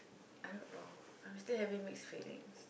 I don't know I'm still having mixed feelings